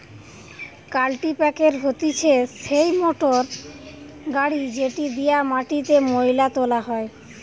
কাল্টিপ্যাকের হতিছে সেই মোটর গাড়ি যেটি দিয়া মাটিতে মোয়লা তোলা হয়